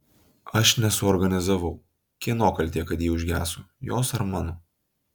aš nesuorganizavau kieno kaltė kad ji užgeso jos ar mano